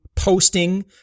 posting